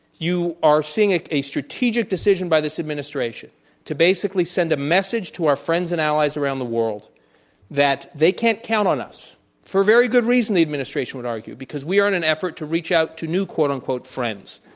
you are seeing ah a strategic decision by this administration to basically send a message to our friends and allies around the world that they can't count on us for very good reason the administration would argue, because we're in an effort to reach out to new quote unquote friends.